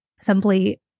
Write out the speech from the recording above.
simply